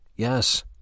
Yes